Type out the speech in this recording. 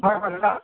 হয় হয় দাদা